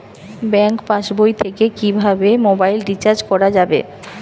Bank পাশবই থেকে কিভাবে মোবাইল রিচার্জ করা যাবে?